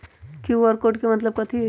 QR code के मतलब कथी होई?